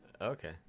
Okay